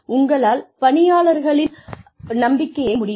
உங்களால் பணியாளர்களின் நம்பிக்கையை ஒழிக்க முடியும்